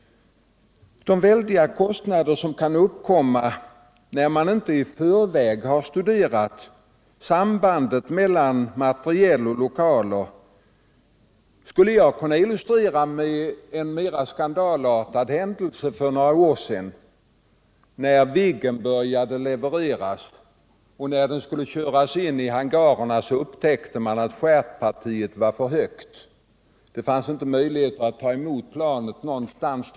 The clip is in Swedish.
De väldiga kostnader som kan uppkomma när man inte i förväg har studerat sambandet mellan materiel och lokaler kan jag illustrera med en mer skandalartad händelse för några år sedan. När Viggen började levereras och skulle köras in i hangarerna upptäckte man att stjärtpartiet var för högt. Det fanns inte möjligheter att ta emot planen någonstans.